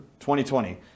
2020